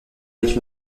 être